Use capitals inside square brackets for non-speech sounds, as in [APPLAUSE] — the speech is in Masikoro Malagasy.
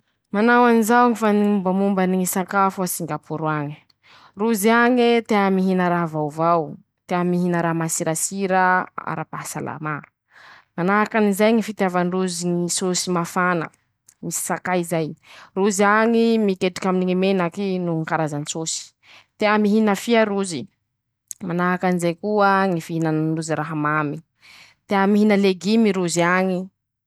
Manao anizao ñy faa mombamomba ñy sakafo a Singaporo añy: Rozy añe tea mihina raha vaovao, tea mihina raha masirasiraa arapahasalamà, [SHUSHES] manahakan'izay ñy fitiavandrozy ñy sôsy mafana, misy sakay zay, rozy añy miketriky aminy ñy menaky noho ñy karazantsôsy, [SHUSHES] tea mihina fia rozy5, manahakanjay koa ñy fihinanandrozy raha mamy, tea mihina legimy rozy agny..